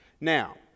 now